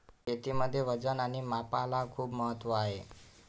शेतीमध्ये वजन आणि मापाला खूप महत्त्व आहे